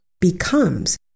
becomes